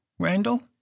Randall